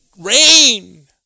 rain